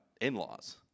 in-laws